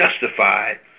justified